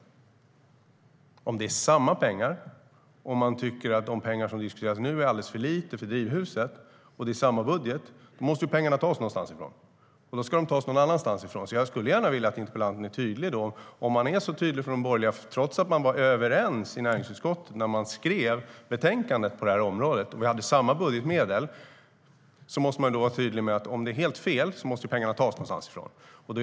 Om det är samma pengar och budget och om man tycker att de pengar som diskuteras nu är alldeles för lite för Drivhuset måste pengarna tas någon annanstans. Jag skulle gärna vilja att interpellanten är tydlig. Om man är så tydlig från de borgerliga, trots att man var överens i näringsutskottet när man skrev betänkandet på det här området och vi hade samma budgetmedel, måste man - om det var helt fel - vara tydlig med att pengarna måste tas någonstans ifrån.